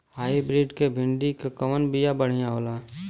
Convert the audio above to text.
Hybrid मे भिंडी क कवन बिया बढ़ियां होला?